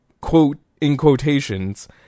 quote-in-quotations